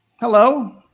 Hello